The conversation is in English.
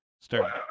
start